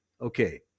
okay